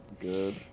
Good